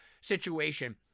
situation